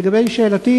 לגבי שאלתי,